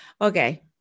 okay